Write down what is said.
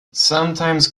sometimes